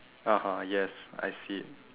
(uh huh) yes I see it